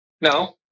No